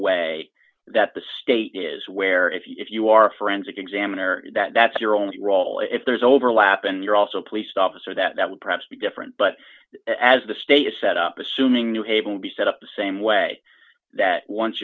way that the state is where if you if you are a forensic examiner that that's your only role if there's overlap and you're also a police officer that would perhaps be different but as the state is set up assuming new haven will be set up the same way that once